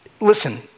Listen